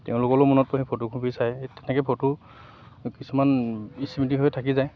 তেওঁ লোকলেও মনত পৰে সেই ফটোকপি চাই তেনেকৈ ফটো কিছুমান স্মৃতি হৈ থাকি যায়